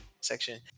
section